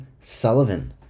Sullivan